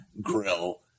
grill